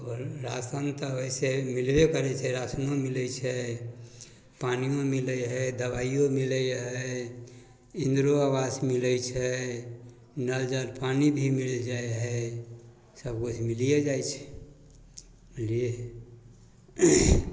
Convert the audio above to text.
ration तऽ वइसे ही मिलबै करै छै राशनो मिलै छै पानिओ मिलै हइ दवाइओ मिलै हइ इन्दिराे आवास मिलै छै नल जल पानी भी मिल जाइ हइ सबकिछु मिलिए जाइ छै बुझलिए